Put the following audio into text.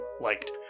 liked